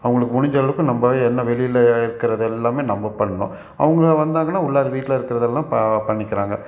அவங்களுக்கு முடிந்த அளவுக்கு நம்ம என்ன வெளியில இருக்கிறதெல்லாமே நம்ம பண்ணும் அவங்களாக வந்தாங்கன்னா உள்ளார வீட்டில இருக்கிறதெல்லாம் ப பண்ணிக்கிறாங்க